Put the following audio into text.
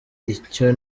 icyo